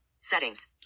Settings